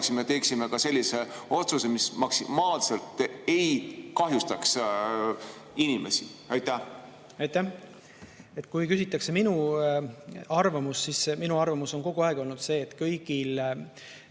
teeksime sellise otsuse, mis maksimaalselt ei kahjustaks inimesi? Aitäh! Kui küsitakse minu arvamust, siis minu arvamus on kogu aeg olnud see, et kõigil